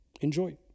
Enjoy